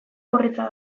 murritza